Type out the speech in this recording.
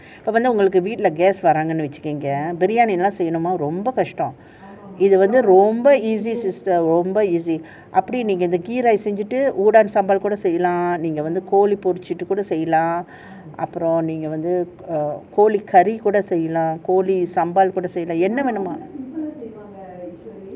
அப்புறம் உங்களுக்குவீட்ல:apram ungalukku veetla guests வராங்கனா:varangana biryani எல்லாம் செய்யனும்னா ரொம்ப கஷ்டம் ஆனா இது வந்து ரொம்ப:elaam seyyanumna romba kashtam aana ithu vanthu romba easy sister ரொம்ப:romba easy அப்டி:apdi ghee rice செஞ்சிட்டு:senjittu err கோழி பொரிச்சிட்டு கூட செய்யலாம் கோழி:koali porichchittu kooda seyyalaam koali curry கூட செய்யல்லாம்:kooda seyyalam mm சாம்பார் கூட செய்யாலாம் என்ன வேணும்னாலும் செய்யலாம்:saambaar kooda seyyalaam enna venumnaalum seyyalaam